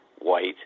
white